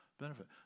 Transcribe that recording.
benefit